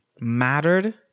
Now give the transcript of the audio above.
mattered